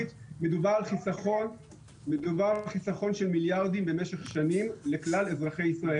מדובר על חיסכון של מיליארדים במשך שנים לכלל אזרחי ישראל.